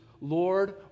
Lord